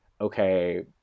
okay